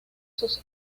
sus